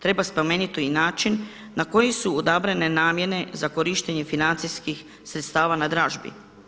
Treba spomenuti i način na koji su odabrane namjene za korištenje financijskih sredstava na dražbi.